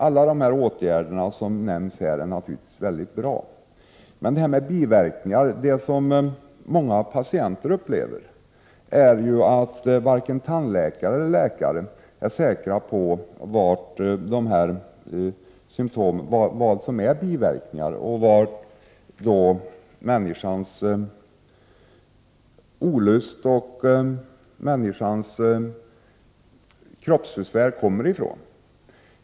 Alla de åtgärder som nämndes här är naturligtvis mycket bra. Men när det gäller biverkningar upplever många patienter att varken tandläkare eller läkare är säkra på vad som är biverkningar och varifrån människans olust eller kroppsbesvär kommer.